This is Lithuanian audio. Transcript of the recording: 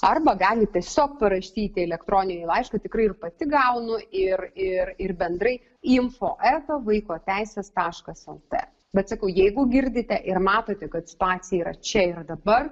arba galit tiesiog parašyti elektroninį laišką tikrai ir pati gaunu ir ir ir bendrai info eta vaiko teisės taškas el t bet sakau jeigu girdite ir matote kad situacija yra čia ir dabar